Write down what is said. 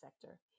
sector